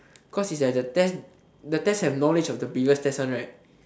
cause it's at the test the test have the knowledge of the previous test one right